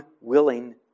willing